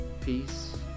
peace